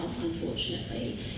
unfortunately